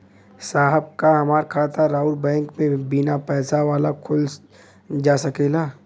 साहब का हमार खाता राऊर बैंक में बीना पैसा वाला खुल जा सकेला?